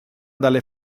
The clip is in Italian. dalle